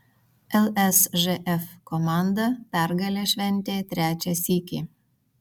lsžf komanda pergalę šventė trečią sykį